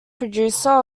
producer